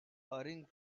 hurrying